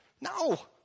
No